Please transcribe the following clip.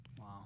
Wow